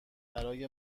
برای